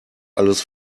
alles